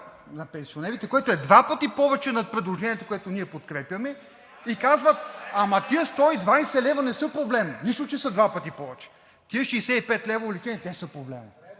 на пенсионерите, което е два пъти повече над предложението, което ние подкрепяме, и казват: ама тези 120 лв. не са проблем, нищо, че са два пъти повече, тези 65 лв. увеличение, те са проблемът.